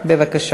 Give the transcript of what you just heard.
בבקשה,